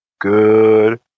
good